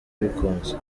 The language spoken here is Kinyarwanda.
abikunze